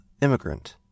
immigrant